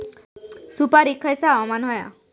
सुपरिक खयचा हवामान होया?